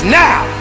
now